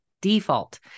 default